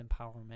empowerment